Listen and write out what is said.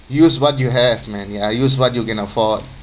use what you have man ya use what you can afford